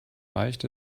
reicht